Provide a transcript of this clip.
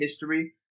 history